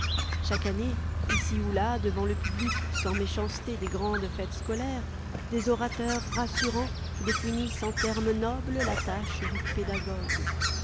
chaque année ici ou là devant le public sans méchanceté des grandes fêtes scolaires des orateurs rassurants définissent en termes nobles la tâche du pédagogue